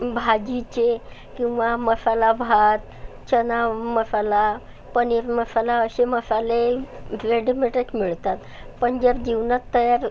भाजीचे किंवा मसाला भात चणा मसाला पनीर मसाला असे मसाले रेडिमेडच मिळतात पण जर जीवनात तयार